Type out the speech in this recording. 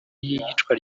y’iyicwa